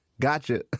Gotcha